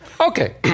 Okay